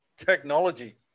Technology